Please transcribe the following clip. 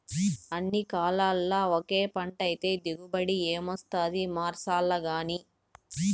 అన్ని కాలాల్ల ఒకే పంటైతే దిగుబడి ఏమొస్తాది మార్సాల్లగానీ